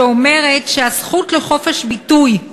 שאומרת שהזכות לחופש ביטוי היא